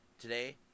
Today